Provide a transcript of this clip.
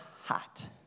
hot